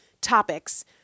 topics